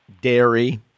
dairy